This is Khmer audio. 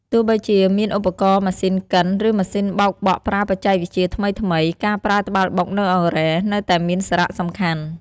ទោះបីជាមានឧបករណ៍ម៉ាស៊ីនកិន ឬម៉ាស៊ីនបោកបក់ប្រើបច្ចេកវិទ្យាថ្មីៗ ការប្រើត្បាល់បុក និងអង្រែ នៅតែមានសារៈសំខាន់។